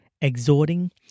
exhorting